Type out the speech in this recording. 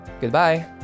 goodbye